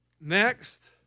Next